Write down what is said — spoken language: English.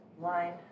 line